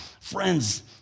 Friends